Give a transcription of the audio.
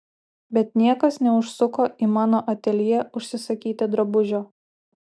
bet niekas neužsuko į mano ateljė užsisakyti drabužio